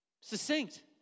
Succinct